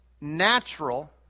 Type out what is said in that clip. natural